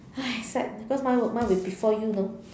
!aiya! sad because mine would mine would be before you you know